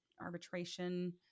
arbitration